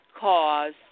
cause